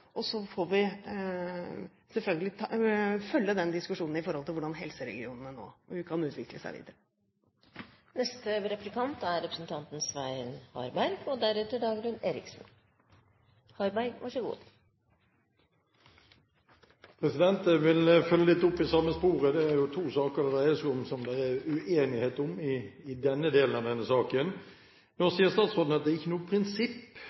og så er samarbeidet med helseregionene en annen begrunnelse. Så får vi selvfølgelig følge den diskusjonen i forhold til hvordan helseregionene nå kan utvikle seg videre. Jeg vil følge litt opp i det samme sporet. Det er jo to saker det dreier seg om som det er uenighet om i denne delen av denne saken. Nå sier statsråden at det ikke er noe prinsipp når det gjelder inndelingen av disse regionene, og at det er